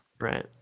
right